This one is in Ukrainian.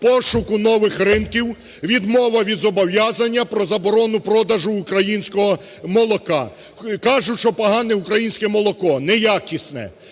пошуку нових ринків, відмова від зобов'язання про заборону продажу українського молока. Кажуть, що погане українське молоко, неякісне